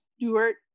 Stewart